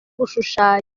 gushushanya